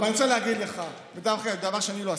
אבל אני רוצה להגיד לך, דבר שאני לא עשיתי.